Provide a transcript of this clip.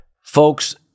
Folks